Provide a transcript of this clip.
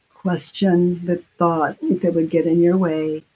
question the thought that would get in your way,